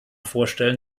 vorstellen